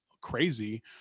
crazy